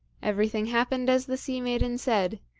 everything happened as the sea-maiden said,